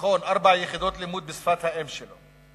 בתיכון ארבע יחידות לימוד בשפת האם שלו.